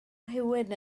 rhywun